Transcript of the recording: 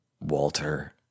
Walter